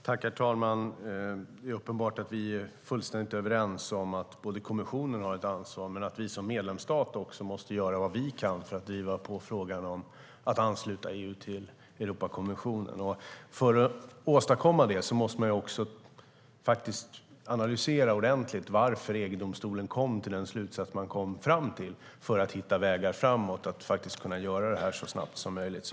Herr talman! Det är uppenbart att vi är fullständigt överens om att kommissionen har ett ansvar men att också vi som medlemsstat måste göra vad vi kan för att driva på frågan om att ansluta EU till Europakonventionen. För att åstadkomma det måste man ordentligt analysera varför EU-domstolen kom fram till sin slutsats för att hitta vägar framåt och faktiskt kunna göra detta så snabbt som möjligt.